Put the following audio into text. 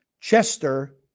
Chester